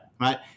Right